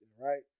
right